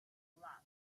luck